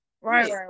Right